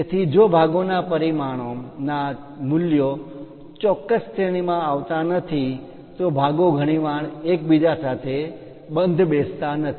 તેથી જો ભાગોના પરિમાણો ના મૂલ્યો ચોક્કસ શ્રેણીમાં આવતા નથી તો ભાગો ઘણીવાર એક સાથે બંધ બેસતા નથી